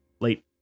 late